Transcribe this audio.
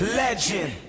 legend